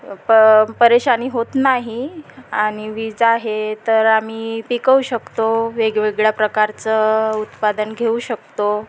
प परेशानी होत नाही आणि वीज आहे तर आम्ही पिकवू शकतो वेगवेगळ्या प्रकारचं उत्पादन घेऊ शकतो